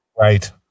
Right